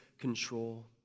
control